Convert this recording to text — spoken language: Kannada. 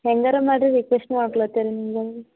ಹೆಂಗಾರ ಮಾಡಿ ರಿಕ್ವೆಸ್ಟ್ ಮಾಡ್ಲತಿನಿ ರೀ